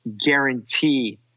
guarantee